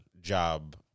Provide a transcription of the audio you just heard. job